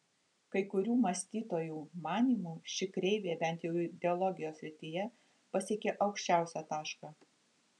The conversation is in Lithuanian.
kai kurių mąstytojų manymu ši kreivė bent jau ideologijos srityje pasiekė aukščiausią tašką